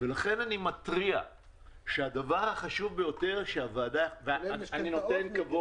ולכן אני מתריע שהדבר החשוב ביותר שהוועדה יכולה לעשות,